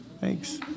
thanks